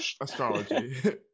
Astrology